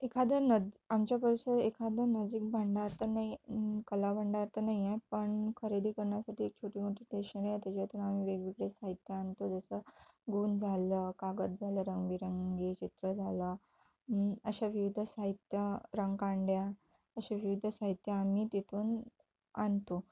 एखादं न आमच्या परिसर एखादं नजिक भांडार तर नाही आहे कला भंडार तर नाही आहे पण खरेदी करण्यासाठी एक छोटी मोठी टेशनरी आहे त्याच्यातून आम्ही वेगवेगळे साहित्य आणतो जसं गुन झालं कागद झालं रंगबेरंगी चित्र झालं अशा विविध साहित्य रंगकांड्या अशा विविध साहित्य आम्ही तिथून आणतो